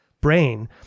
brain